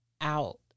out